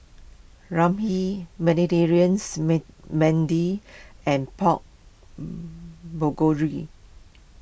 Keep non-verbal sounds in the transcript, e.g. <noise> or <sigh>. Ramyeon Mediterraneans <unintelligible> and Pork <noise>